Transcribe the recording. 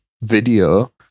video